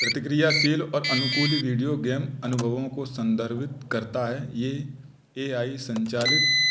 प्रतिक्रियाशील और अनुकुली वीडियो गेम अनुभवों को संदर्भित करता है ये ए आई संचालित